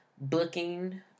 booking